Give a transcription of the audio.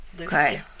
Okay